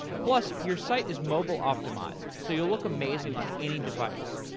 plus, your site is mobile optimized, so you'll look amazing on any device.